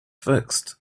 fixed